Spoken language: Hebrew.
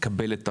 לקבל את העולים,